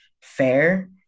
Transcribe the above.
fair